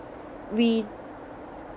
we